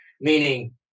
meaning